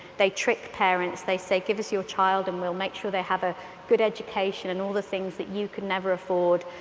they trick parents they say give us your child and we'll make sure they have a good education and all the things that you can never afford.